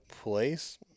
place